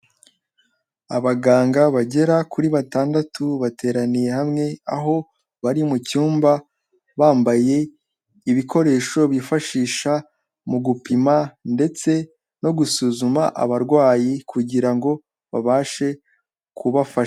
Abaganga bagera kuri batandatu bateraniye hamwe, aho bari mu cyumba bambaye ibikoresho bifashisha mu gupima ndetse no gusuzuma abarwayi kugira ngo babashe kubafasha.